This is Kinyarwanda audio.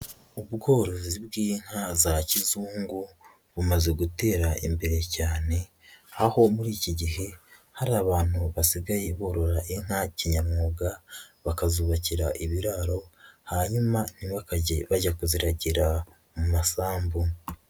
Ubworozi bw'inka za kizungu bumaze gutera imbere cyane, aho muri iki gihe hari abantu basigaye borora inka kinyamwuga bakazubakira ibiraro, hanyuma ntibakajye bajya kuziragira mu masambu.